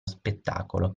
spettacolo